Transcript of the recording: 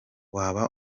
waba